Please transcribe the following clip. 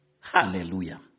Hallelujah